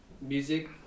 music